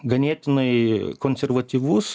ganėtinai konservatyvus